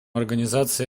организации